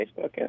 Facebook